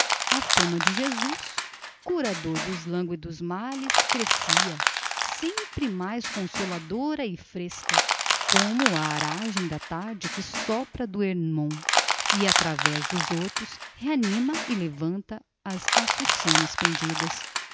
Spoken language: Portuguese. a fama de jesus curador dos lânguidos males crescia sempre mais consoladora e fresca como a aragem da tarde que sopra do hérmon e através dos hortos reanima e levanta as açucenas pendidas